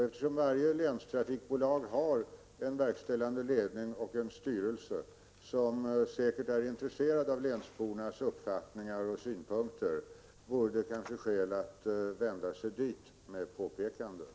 Eftersom varje länstrafikbolag har en verkställande ledning och styrelse som säkert är intresserad av länsbornas uppfattningar och synpunkter, vore det kanske skäl att vända sig dit med påpekanden.